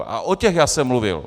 A o těch já jsem mluvil.